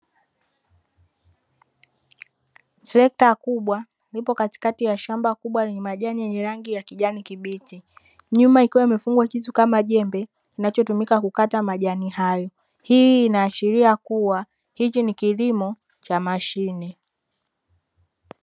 Trekta kubwa lipo katikati ya shamba kubwa lenye majani yenye rangi ya kijani kibichi, nyuma ikiwa imefungwa kitu kama jembe, kinachotumika kukata majani hayo. Hii inaashiria kuwa hiki ni kilimo cha mashine.